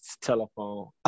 telephone